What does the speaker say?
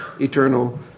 eternal